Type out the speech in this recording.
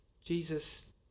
Jesus